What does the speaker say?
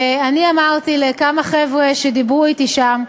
אני אמרתי לכמה חבר'ה שדיברו אתי שם,